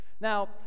Now